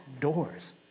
doors